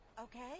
Okay